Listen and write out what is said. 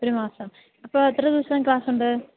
ഒരു മാസം അപ്പം എത്ര ദിവസം ക്ലാസുണ്ട്